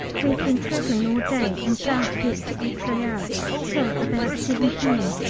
we have been travelling all day, and shan't get to etretat till about seven p m.